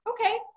okay